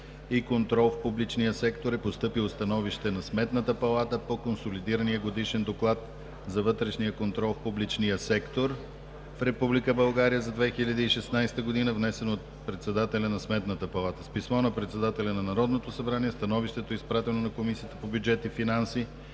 и контрол в публичния сектор е постъпило становище на Сметната палата по Консолидирания годишен доклад за вътрешния контрол в публичния сектор в Република България за 2016 г., внесен от председателя на Сметната палата. С писмо на председателя на Народното събрание становището е изпратено на Комисията по бюджет и финанси